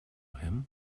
him